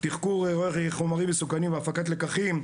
תחקור אירועי חומרים מסוכנים והפקת לקחים,